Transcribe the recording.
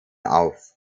auf